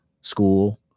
school